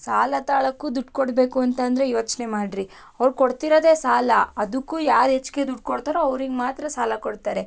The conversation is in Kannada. ಸಾಲ ತಗಳ್ಳೋಕ್ಕೂ ದುಡ್ಡು ಕೊಡಬೇಕು ಅಂತಂದರೆ ಯೋಚನೆ ಮಾಡ್ರಿ ಅವರು ಕೊಡ್ತಿರೋದೆ ಸಾಲ ಅದಕ್ಕೂ ಯಾರು ಹೆಚ್ಚಿಗೆ ದುಡ್ಡು ಕೊಡ್ತಾರೋ ಅವರಿಗೆ ಮಾತ್ರ ಸಾಲ ಕೊಡ್ತಾರೆ